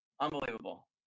Unbelievable